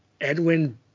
Edwin